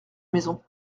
maison